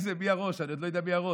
איזה, מי הראש, אני עוד לא יודע מי הראש.